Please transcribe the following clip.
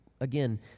again